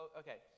okay